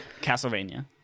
castlevania